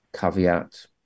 caveat